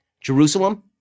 Jerusalem